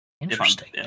Interesting